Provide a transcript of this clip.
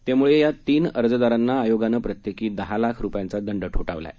यामुळे या तीन अर्जदारांना आयोगानं प्रत्येकी दहा लाख रुपयांचा दंड ठोठावला आहे